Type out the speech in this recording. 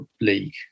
League